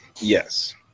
Yes